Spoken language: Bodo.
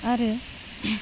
आरो